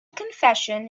confession